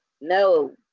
no